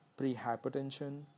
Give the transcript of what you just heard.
prehypertension